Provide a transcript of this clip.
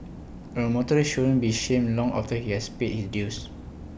A motorist shouldn't be shamed long after he has paid his dues